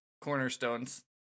Cornerstones